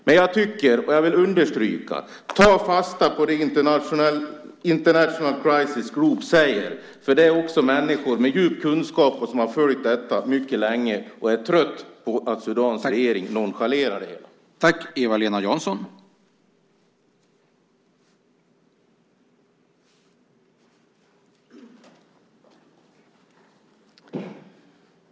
Men jag vill understryka: Ta fasta på det som International Crisis Group säger, eftersom det är människor med djup kunskap som har följt detta mycket länge och som är trötta på att Sudans regering nonchalerar det.